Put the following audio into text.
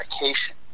vacation